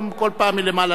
מקלב.